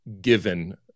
given